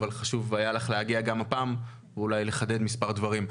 אבל חשוב היה לך להגיע גם הפעם ואולי לחדד מספר דברים.